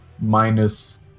minus